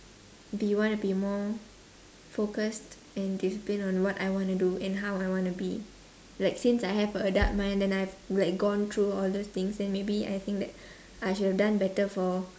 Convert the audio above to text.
be want to be more focused and disciplined on what I wanna do and how I wanna be like since I have a adult mind and I've like gone through all those things then maybe I think that I should have done better for